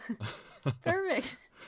perfect